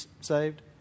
saved